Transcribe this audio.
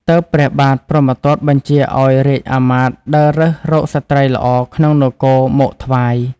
ទើបព្រះបាទព្រហ្មទត្តបញ្ជាឱ្យរាជ្យអាមាត្យដើររើសរកស្រីល្អក្នុងនគរមកថ្វាយ។